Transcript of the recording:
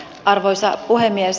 arvoisa puhemies